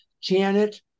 Janet